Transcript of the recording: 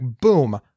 boom